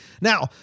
Now